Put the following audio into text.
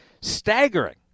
staggering